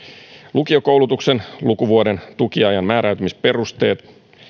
lukiokoulutuksen lukuvuoden tukiajan määräytymisperusteet